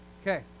Okay